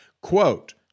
Quote